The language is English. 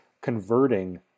converting